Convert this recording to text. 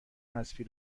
حذفی